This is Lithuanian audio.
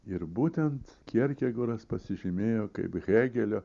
ir būtent kjerkegoras pasižymėjo kaip hėgelio